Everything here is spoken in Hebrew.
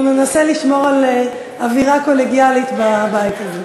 אנחנו ננסה לשמור על אווירה קולגיאלית בבית הזה.